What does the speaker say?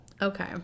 Okay